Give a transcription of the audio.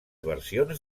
versions